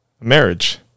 marriage